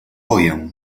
boję